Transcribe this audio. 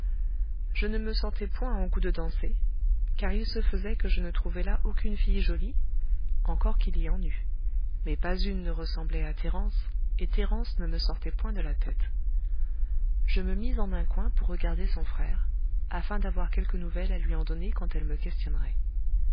je ne me sentais point en goût de danser car il se faisait que je ne trouvais là aucune fille jolie encore qu'il y en eût mais pas une ne ressemblait à thérence et thérence ne me sortait point de la tête je me mis en un coin pour regarder son frère afin d'avoir quelque nouvelle à lui en donner quand elle me questionnerait